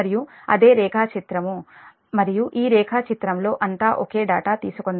మరియు అదే రేఖాచిత్రం మరియు ఈ రేఖ చిత్రం లో అంత ఒకే డాటా తీసుకుందాము